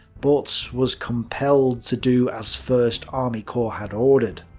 but was compelled to do as first army corps had ordered.